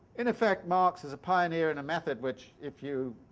in effect marx is a pioneer in a method which if you,